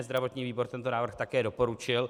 Zdravotní výbor tento návrh také doporučil.